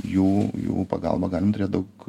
jų jų pagalba galim turėt daug